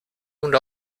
und